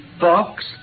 box